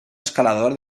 escalador